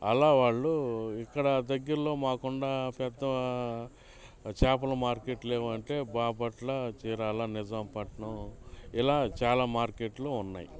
అలా వాళ్ళు ఇక్కడ దగేర్లో మాకున్న పెద్ద చాపలు మార్కెట్లేవంటే బాపట్ల చీరాలా నిజాం పట్నం ఇలా చాలా మార్కెట్లు ఉన్నాయి